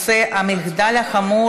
הרווחה והבריאות להכנה לקריאה ראשונה.